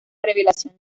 revelación